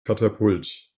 katapult